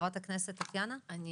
חברת הכנסת טטיאנה, בבקשה.